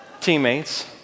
teammates